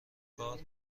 کار